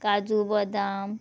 काजू बदाम